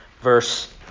verse